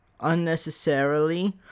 unnecessarily